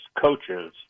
coaches